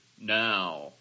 now